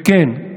וכן,